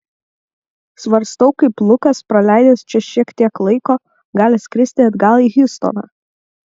svarstau kaip lukas praleidęs čia šiek tiek laiko gali skristi atgal į hjustoną